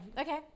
okay